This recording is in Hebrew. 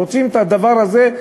הם רוצים את הדבר הזה,